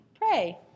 pray